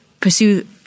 pursue